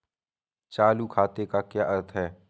चालू खाते का क्या अर्थ है?